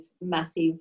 massive